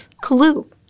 clue